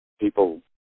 People